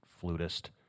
flutist